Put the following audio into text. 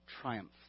triumph